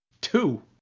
Two